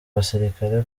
basirikare